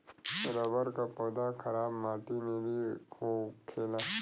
rubber क पौधा खराब माटी में भी होखेला